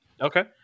Okay